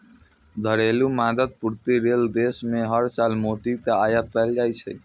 घरेलू मांगक पूर्ति लेल देश मे हर साल मोती के आयात कैल जाइ छै